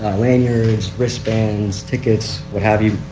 lanyard, wrist bands, tickets, what have you.